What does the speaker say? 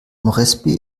moresby